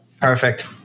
Perfect